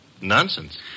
Nonsense